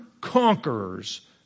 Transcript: conquerors